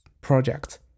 project